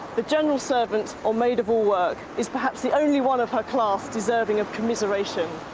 the general servant or maid-of-all-work is perhaps the only one of her class deserving of commiseration.